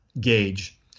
gauge